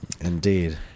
Indeed